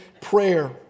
prayer